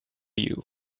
you